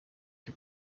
die